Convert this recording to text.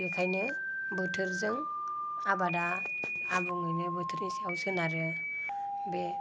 बेखायनो बोथोरजों आबादआ आबुङैनो बोथोरनि सायाव सोनारो बे